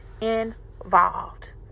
involved